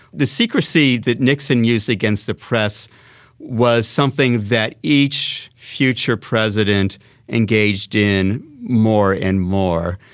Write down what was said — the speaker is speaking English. the secrecy that nixon used against the press was something that each future president engaged in more and more,